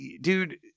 dude